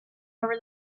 over